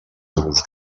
duros